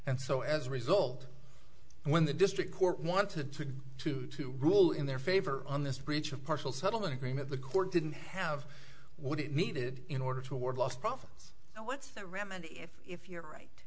and so as a result when the district court wanted to to rule in their favor on this breach of partial settlement agreement the court didn't have what it needed in order to award last problems so what's the remedy if if you're right